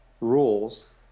rules